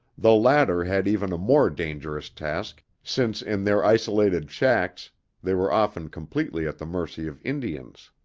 the latter had even a more dangerous task, since in their isolated shacks they were often completely at the mercy of indians.